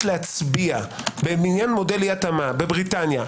להצביע במניין מודל אי התאמה בבריטניה.